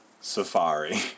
Safari